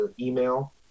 email